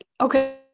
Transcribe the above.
okay